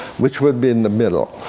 which would be in the middle.